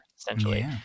essentially